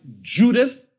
Judith